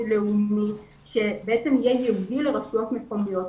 לאומי שבעצם יהיה לרשויות המקומיות,